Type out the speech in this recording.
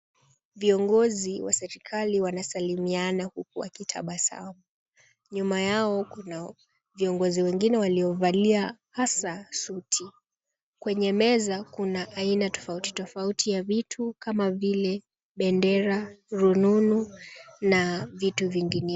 Viongozi wa serekali wanasalimiana huku wakitabasamu. Nyuma yao kuna viongozi wengine waliovalia hasa suti. Kwenye meza kuna aina tofauti tofauti ya vitu kama vile bendera, rununu na vitu vingine.